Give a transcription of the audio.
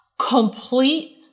Complete